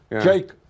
Jake